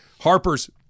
Harper's